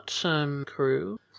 Crew